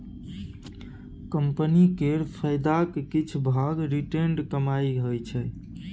company केर फायदाक किछ भाग रिटेंड कमाइ होइ छै